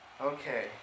Okay